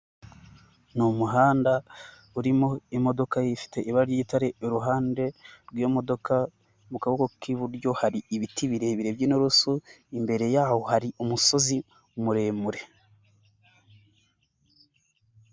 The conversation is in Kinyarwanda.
Ni umuhanda urimo imodoka ye ifite ibara ry'igitare, iruhande rw'imodoka mu kaboko k'iburyo hari ibiti birebire by'inturusu, imbere y'aho hari umusozi muremure.